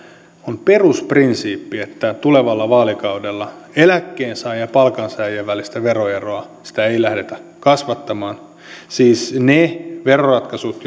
on perusprinsiippi että tulevalla vaalikaudella eläkkeensaajien ja palkansaajien välistä veroeroa ei lähdetä kasvattamaan siis ne veroratkaisut